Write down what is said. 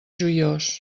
joiós